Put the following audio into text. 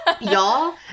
y'all